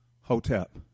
Hotep